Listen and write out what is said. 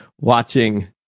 watching